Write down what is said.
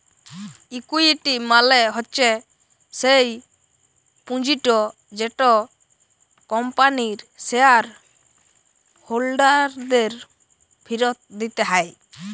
equity মালে হচ্যে স্যেই পুঁজিট যেট কম্পানির শেয়ার হোল্ডারদের ফিরত দিতে হ্যয়